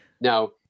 Now